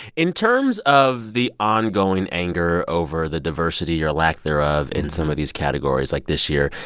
in terms of the ongoing anger over the diversity or lack thereof in some of these categories like this year,